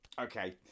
Okay